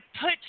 put